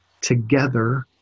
together